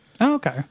okay